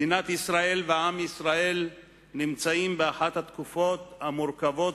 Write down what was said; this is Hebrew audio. מדינת ישראל ועם ישראל נמצאים באחת התקופות המורכבות